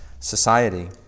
society